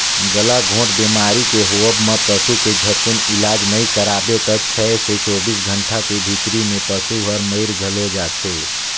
गलाघोंट बेमारी के होवब म पसू के झटकुन इलाज नई कराबे त छै से चौबीस घंटा के भीतरी में पसु हर मइर घलो जाथे